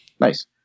Nice